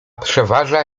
przeważa